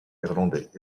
irlandais